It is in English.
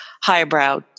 highbrow